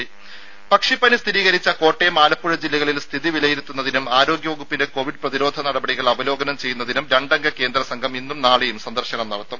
രംഭ പക്ഷിപ്പനി സ്ഥിരീകരിച്ച കോട്ടയം ആലപ്പുഴ ജില്ലകളിൽ സ്ഥിതി വിലയിരുത്തുന്നതിനും ആരോഗ്യ വകുപ്പിന്റെ കോവിഡ് പ്രതിരോധ നടപടികൾ അവലോകനം ചെയ്യുന്നതിനും രണ്ടംഗ കേന്ദ്രസംഘം ഇന്നും നാളെയും സന്ദർശനം നടത്തും